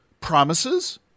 promises